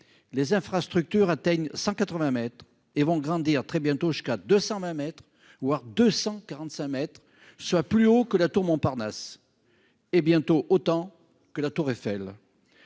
les infrastructures atteignent 180 mètres et grandiront très bientôt jusqu'à 220 mètres, voire jusqu'à 245 mètres, soit plus que la tour Montparnasse et bientôt autant que la tour Eiffel